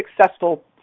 successful